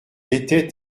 était